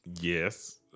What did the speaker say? Yes